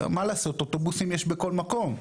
- מה לעשות - אוטובוסים יש בכל מקום.